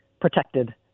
protected